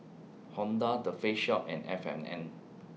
Honda The Face Shop and F and N